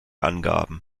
angaben